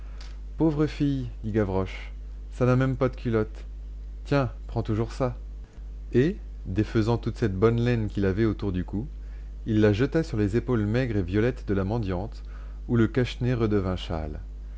pauvre fille dit gavroche ça n'a même pas de culotte tiens prends toujours ça et défaisant toute cette bonne laine qu'il avait autour du cou il la jeta sur les épaules maigres et violettes de la mendiante où le cache-nez redevint châle